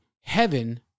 heaven